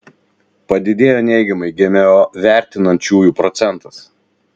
padidėjo neigiamai gmo vertinančiųjų procentas